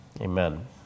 Amen